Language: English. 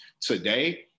today